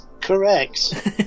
Correct